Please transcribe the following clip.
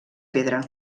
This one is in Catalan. pedra